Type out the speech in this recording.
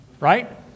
right